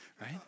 right